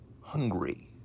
hungry